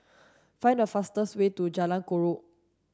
find the fastest way to Jalan Chorak